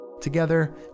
Together